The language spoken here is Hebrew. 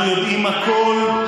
ואומרים לו: ניר, אנחנו יודעים הכול,